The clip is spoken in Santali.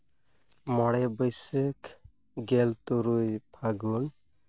ᱢᱚᱬᱮ ᱵᱟᱹᱭᱥᱟᱹᱠᱷ ᱜᱮᱞ ᱛᱩᱨᱩᱭ ᱯᱷᱟᱹᱜᱩᱱ